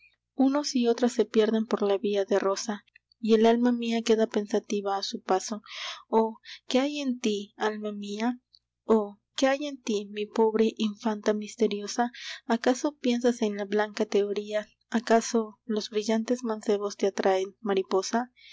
unos y otras se pierden por la vía de rosa y el alma mía queda pensativa a su paso oh qué hay en ti alma mía oh qué hay en ti mi pobre infanta misteriosa acaso piensas en la blanca teoría acaso los brillantes mancebos te atraen mariposa